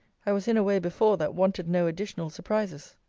i was in a way before that wanted no additional surprises.